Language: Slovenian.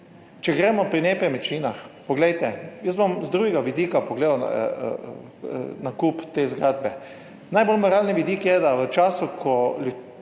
Če gremo pri nepremičninah, poglejte, jaz bom z drugega vidika pogledal nakup te zgradbe. Najbolj moralni vidik je, da v času, ko